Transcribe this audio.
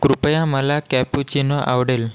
कृपया मला कॅपुचिनो आवडेल